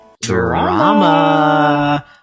Drama